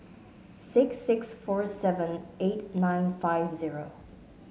six six four seven eight nine five zero